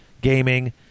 gaming